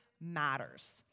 matters